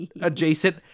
adjacent